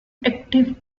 active